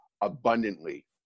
abundantly